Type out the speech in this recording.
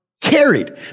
Carried